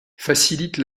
facilite